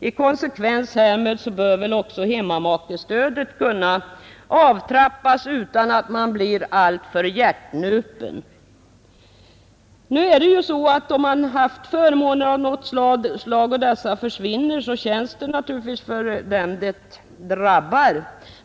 I konsekvens härmed bör väl också hemmamakestödet kunna avtrappas utan att man blir alltför hjärtnupen. Nu är det ju så att om förmåner av något slag försvinner, så känns det för den det drabbar.